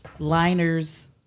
Liners